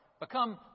become